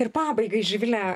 ir pabaigai živile